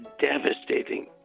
devastating